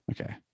Okay